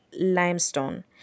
limestone